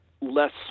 less